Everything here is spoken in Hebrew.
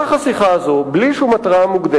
זה בשביל הפרוצדורה.